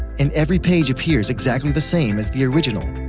and every page appears exactly the same as the original,